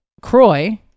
Croy